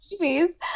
movies